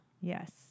Yes